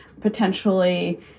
potentially